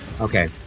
Okay